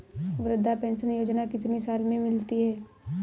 वृद्धा पेंशन योजना कितनी साल से मिलती है?